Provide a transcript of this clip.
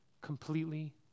completely